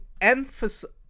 emphasize